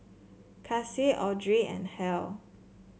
Kaci Audrey and Hal